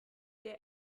der